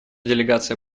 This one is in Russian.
делегация